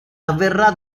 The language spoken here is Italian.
avverrà